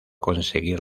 conseguir